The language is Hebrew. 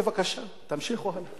בבקשה, תמשיכו הלאה.